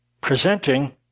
presenting